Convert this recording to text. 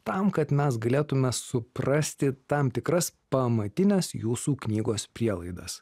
tam kad mes galėtume suprasti tam tikras pamatines jūsų knygos prielaidas